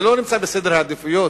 זה לא נמצא בסדר העדיפויות.